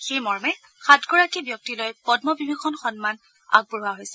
সেইমৰ্মে সাতগৰাকী ব্যক্তিলৈ প্ম বিভূষণ সন্মান আগবঢ়োৱা হৈছে